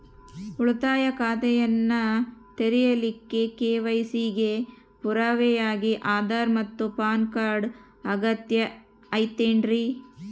ಉಳಿತಾಯ ಖಾತೆಯನ್ನ ತೆರಿಲಿಕ್ಕೆ ಕೆ.ವೈ.ಸಿ ಗೆ ಪುರಾವೆಯಾಗಿ ಆಧಾರ್ ಮತ್ತು ಪ್ಯಾನ್ ಕಾರ್ಡ್ ಅಗತ್ಯ ಐತೇನ್ರಿ?